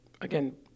Again